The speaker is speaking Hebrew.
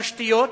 תשתיות,